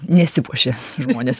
nesipuošia žmonės